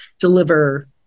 deliver